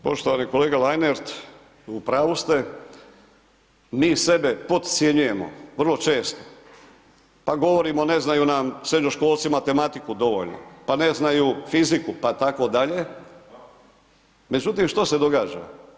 Poštovani kolega Lenart, u pravu ste, mi sebe podcjenjujemo vrlo često pa govorimo, ne znaju nam srednjoškolci matematiku dovoljno, pa ne znaju fiziku pa tako dalje međutim što se događa?